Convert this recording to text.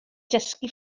dysgu